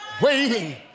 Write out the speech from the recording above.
waiting